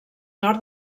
nord